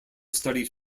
studied